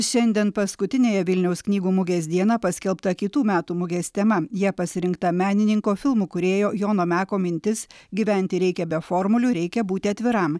šiandien paskutiniąją vilniaus knygų mugės dieną paskelbta kitų metų mugės tema jie pasirinktą menininko filmų kūrėjo jono meko mintis gyventi reikia be formulių reikia būti atviram